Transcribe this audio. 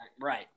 Right